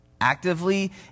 Actively